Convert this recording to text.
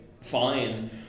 fine